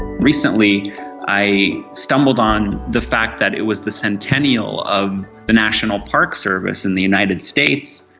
recently i stumbled on the fact that it was the centennial of the national parks service in the united states,